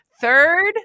third